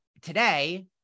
today